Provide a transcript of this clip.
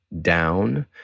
down